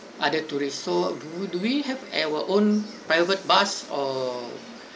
other tourists so would we have our own private bus or